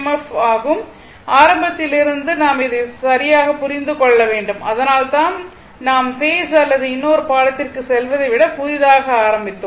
F ஆகும் ஆரம்பத்திலிருந்தே நாம் இதை நாம் சரியாக புரிந்து கொள்ள வேண்டும் அதனால்தான் நாம் ஃபேஸ் அல்லது இன்னொரு பாடத்திற்கு செல்வதை விட புதிதாக ஆரம்பித்தோம்